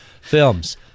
films